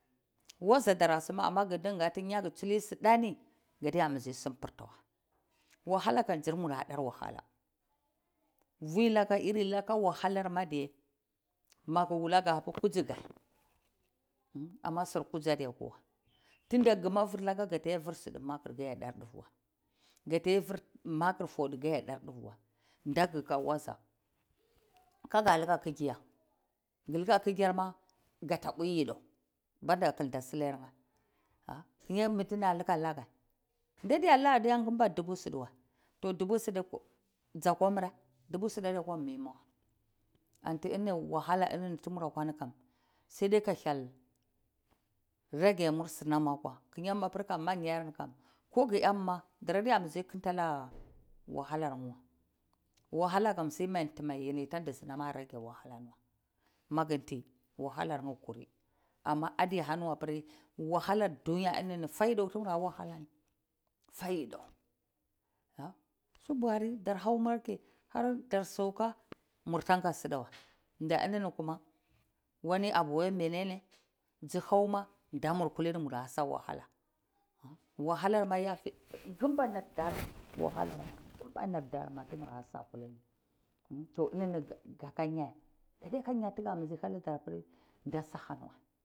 Wazadra sime, amma ku dukani yar ka tsilo sudani kadetabra simewa, wahalakam tsir mura uwe wahala filaka irilaka wahala mar doye maku wula ka habir kuzikaye amma zir kuzi ade kwawa, tunda kuma fillaka ka a fir zide makr ka de dar dva, kataye fir tuvu makr kade dar dva da kaga waza kaga liha kakiya, kuga kakiyarma ta uwe yidaw a klta zilaikya, mituta laha naka da laka ade kumta tubu zide wa, tubu zide zakwa mire adekak mimawa anti ini wahalani tumurakwa mah saida ka hyel reke sunamtrakwa, mankyanikam komitu akwa wahala, wahala kam saihi kuda timu ade rekewa maku ti wahalarye kar ade haniwabon wahala dunya fa yidaw tuka wahala amma fa yidaw, su buhani dar haw mulki dar sauka kasa yidawta ininima wani abu ma menene zuhawma da murkadini mura sa wahala, to da sahaniwa.